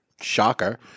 Shocker